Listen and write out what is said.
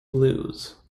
lose